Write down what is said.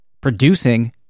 producing